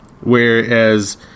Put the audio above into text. whereas